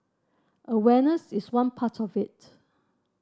awareness is one part of it